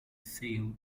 sale